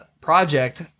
project